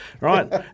right